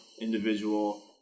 individual